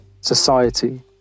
society